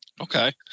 Okay